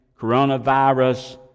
coronavirus